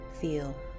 feel